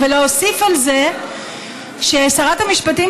ואני יכולה להוסיף על זה ששרת המשפטים,